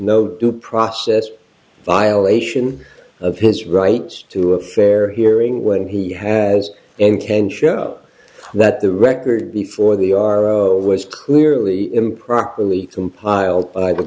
no due process violation of his rights to a fair hearing when he has and can show that the record before they are of was clearly improperly compiled